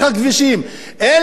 אין לך שום דבר.